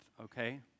okay